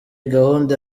gahunda